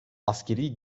askeri